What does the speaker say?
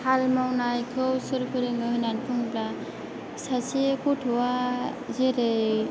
हाल मावनायखौ सोर फोरोङो होननानै बुङोबा सासे गथ'आ जेरै